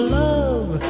love